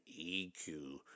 EQ